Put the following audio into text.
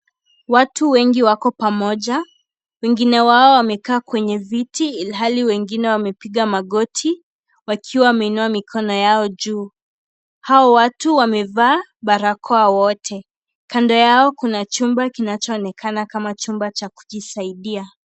Watu wengi wako pamoja, wengine wao wameketi kwenye viti, ilhali wengine wamepiga magoti wakiwa wameinua mikono yao juu. Hawa watu wamevaa barakoa wote. kando yao kuna chumba kinachoonekana kama chumba cha kujisaidia.